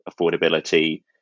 affordability